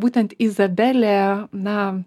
būtent izabelė na